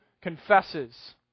confesses